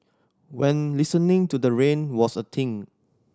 when listening to the rain was a thing